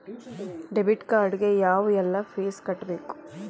debit card ಗೆ ಯಾವ್ಎಲ್ಲಾ fees ಕಟ್ಬೇಕು